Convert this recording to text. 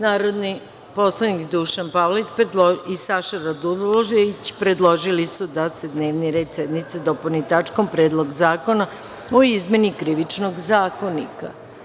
Narodni poslanik Dušan Pavlović i Saša Radulović predložili su da se dnevni red sednice dopuni tačkom – Predlog zakona o izmeni Krivičnog zakonika.